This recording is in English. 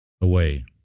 away